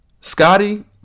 Scotty